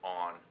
on